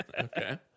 Okay